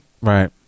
Right